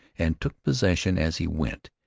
and took possession as he went.